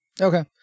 Okay